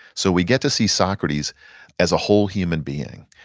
so we get to see socrates as a whole human being,